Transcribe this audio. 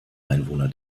einwohner